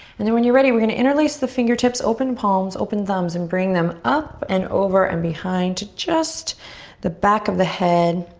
and then when you're ready we're going to interlace the fingertips, open palms, open thumbs, and bring them up and over and behind to just the back of the head.